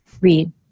read